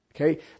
Okay